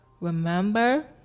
remember